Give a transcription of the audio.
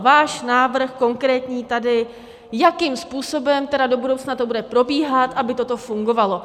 Váš návrh konkrétní tady, jakým způsobem tedy do budoucna to bude probíhat, aby toto fungovalo.